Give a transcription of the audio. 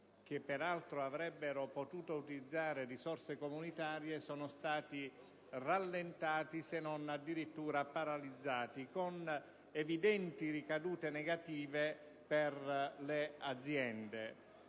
che peraltro avrebbero potuto utilizzare risorse comunitarie sono stati rallentati, se non addirittura paralizzati, con evidenti ricadute negative per le aziende